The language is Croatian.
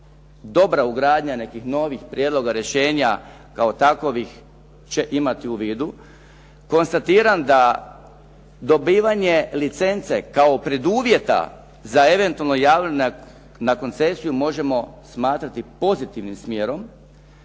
dobra ugradnja nekih novih prijedloga, rješenja kao takovih će imati u vidu. Konstatiram da dobivanje licence kao preduvjeta za eventualno javljanje na koncesiju možemo smatrati pozitivnim smjerom